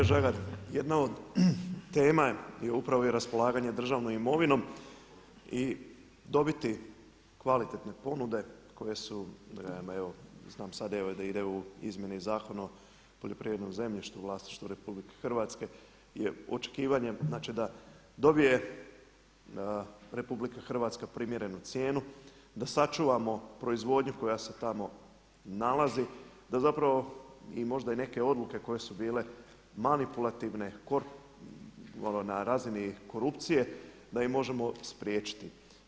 Kolega Žagar, jedna od tema je upravo i raspolaganje državnom imovinom i dobiti kvalitetne ponude koje su evo znam da idu izmjene i Zakona o poljoprivrednom zemljištu u vlasništvu RH je očekivanje, znači da dobije RH primjerenu cijenu, da sačuvamo proizvodnju koja se tamo nalazi, da zapravo i možda i neke odluke koje su bile manipulativne, na razini korupcije da ih možemo spriječiti.